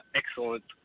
excellent